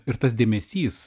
ir tas dėmesys